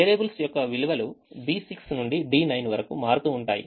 variables యొక్క విలువలు B6 నుండి D9 వరకు మారుతూ ఉంటాయి